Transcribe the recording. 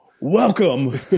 Welcome